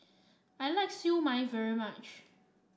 I like Siew Mai very much